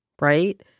Right